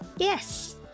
Yes